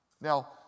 Now